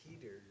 Peter